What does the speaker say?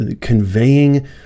conveying